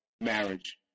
marriage